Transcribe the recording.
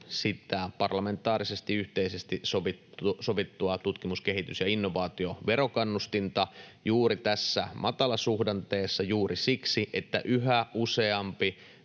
parlamentaarisesti yhteisesti sovittua tutkimus‑, kehitys- ja innovaatioverokannustinta juuri tässä matalasuhdanteessa, että yhä useampi